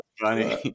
funny